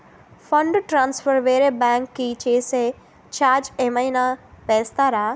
Fund transfer వేరే bank కి చేస్తే ఛార్జ్ ఏమైనా వేస్తారా?